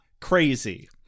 crazy